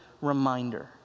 reminder